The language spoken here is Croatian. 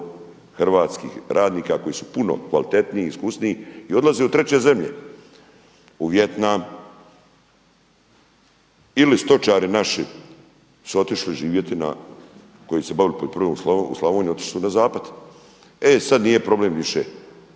hrvatskih radnika koji su puno kvalitetniji, iskusniji i odlaze u treće zemlje, u Vijetnam. Ili stočari naši su otišli živjeti na koji su se bavili poljoprivredom u Slavoniji otišli su na zapad. E sada nije problem više